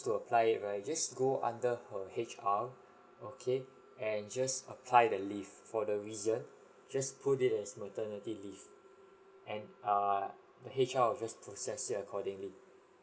to apply it right just go under her H_R okay and just apply the leave for the reason just put it as maternity leave and err the H_R will just process it accordingly